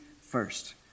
first